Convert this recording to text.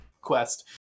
Quest